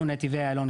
אנחנו נתיבי איילון,